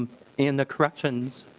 in the corrections